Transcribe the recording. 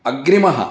अग्रिमः